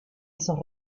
esos